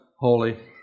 Holy